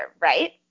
right